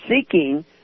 seeking